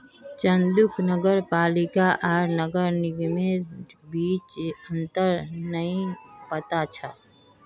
चंदूक नगर पालिका आर नगर निगमेर बीच अंतर नइ पता छ